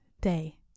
day